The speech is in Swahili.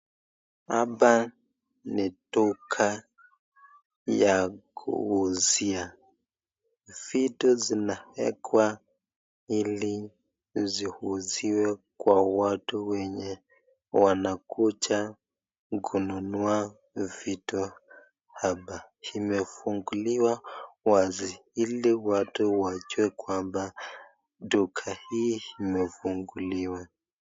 Hapa ni duka aya kuuzia vitu zinaekwa ili ziuziwe kwa watu wenye wanakuja kununua vitu hapa imefunguliwa wazi ili watu wajue kwamba duka hii imefunguliwa.